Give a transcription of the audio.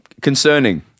concerning